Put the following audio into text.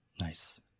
Nice